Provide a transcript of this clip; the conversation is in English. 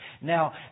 Now